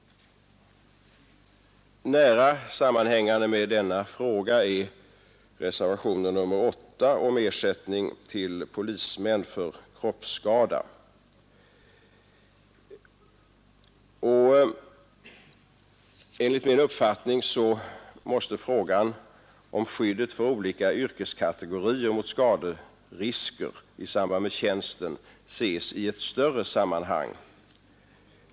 Nära sammanhängande med denna fråga är reservationen 8 om ersättning till polismän för kroppsskada. Enligt min uppfattning måste frågan om skyddet för olika yrkeskategorier mot skaderisker i samband med tjänsten ses i ett större sammanhang.